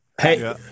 Hey